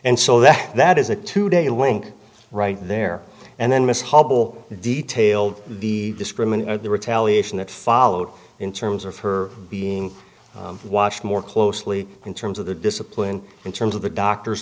and so that that is a two day wink right there and then miss hubbell detailed the discriminator the retaliation that followed in terms of her being watched more closely in terms of the discipline in terms of the doctor